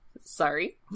Sorry